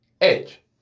Edge